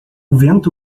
vento